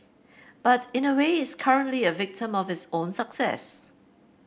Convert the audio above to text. but in a way it's currently a victim of its own success